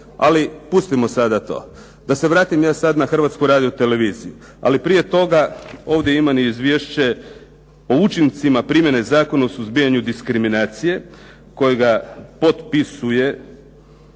Ali pustimo sada to. Da sa vratim ja sad na Hrvatsku radioteleviziju. Ali prije toga ovdje imam izvješće o učincima primjene Zakona o suzbijanju diskriminacije kojega potpisuje